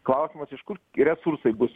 klausimas iš kur resursai bus